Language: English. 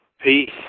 Peace